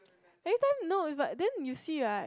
every time no eh but then you see right